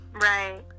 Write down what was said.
Right